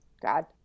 god